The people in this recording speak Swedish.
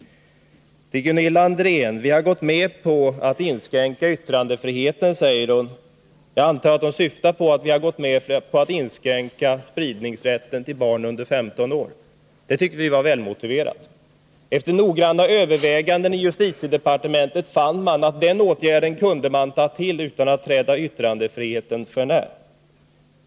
Gunilla André säger att vi ändå har gått med på att inskränka yttrandefriheten. Jag antar att hon syftar på att vi har gått med på att inskränka spridningsrätten, nämligen i vad avser barn under 15 år. Det tyckte vi var välmotiverat. Efter noggranna överväganden i justitiedepartementet fann man att man kunde ta till den åtgärden utan att träda yttrandefriheten för när.